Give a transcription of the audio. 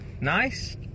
Nice